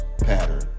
pattern